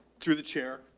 through the chair.